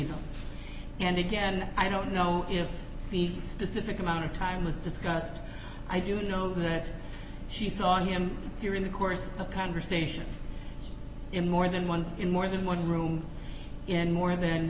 see her and again i don't know if the specific amount of time with disgust i do know that she saw him during the course of conversation in more than one in more than one room in more than